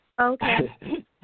Okay